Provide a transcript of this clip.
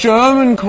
German